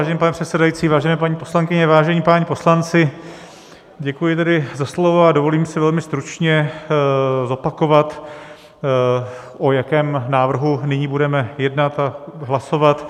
Vážený pane předsedající, vážené paní poslankyně, vážení páni poslanci, děkuji tedy za slovo a dovolím si velmi stručně zopakovat, o jakém návrhu nyní budeme jednat a hlasovat.